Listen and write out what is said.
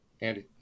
Andy